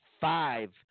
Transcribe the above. five